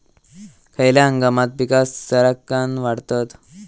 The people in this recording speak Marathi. खयल्या हंगामात पीका सरक्कान वाढतत?